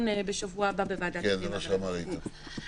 בשבוע הבא בוועדת הפנים והגנת הסביבה.